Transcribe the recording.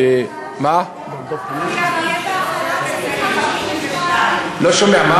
רק תבטיח לנו, 52. אני לא שומע.